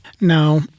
Now